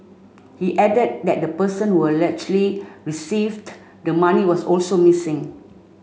he added that the person allegedly received the money was also missing